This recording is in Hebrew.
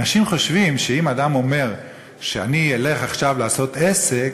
אנשים חושבים שאם אדם אומר שאני אלך עכשיו לעשות עסק,